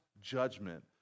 judgment